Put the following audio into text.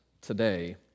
today